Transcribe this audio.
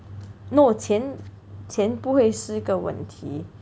no 钱钱不会是一个问题